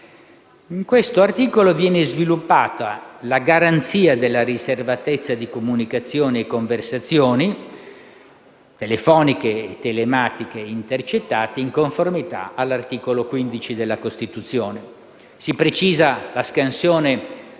In questo articolo viene sviluppata la garanzia della riservatezza di comunicazioni e conversazioni telefoniche e telematiche intercettate, in conformità all'articolo 15 della Costituzione. Si precisa la scansione